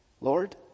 Lord